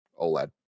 OLED